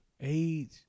age